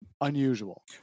unusual